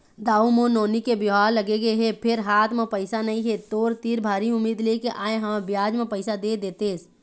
दाऊ मोर नोनी के बिहाव लगगे हे फेर हाथ म पइसा नइ हे, तोर तीर भारी उम्मीद लेके आय हंव बियाज म पइसा दे देतेस